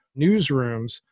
newsrooms